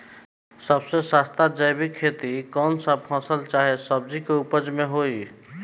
सबसे सस्ता जैविक खेती कौन सा फसल चाहे सब्जी के उपज मे होई?